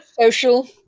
Social